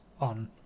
on